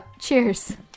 cheers